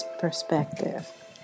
perspective